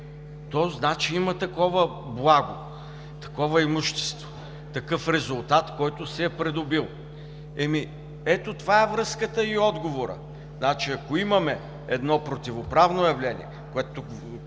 то значи има такова благо, такова имущество, такъв резултат, който се е придобил. Ами ето това е връзката и отговорът – ако имаме едно противоправно явление, което в